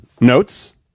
notes